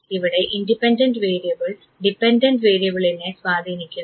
ഇവിടെ independent variable dependent വേരിയബിളിനെ സ്വാധീനിക്കുന്നു